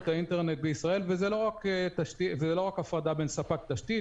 האינטרנט בישראל וזאת לא רק הפרדה בין ספק תשתית,